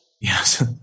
Yes